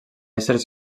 éssers